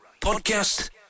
Podcast